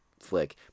flick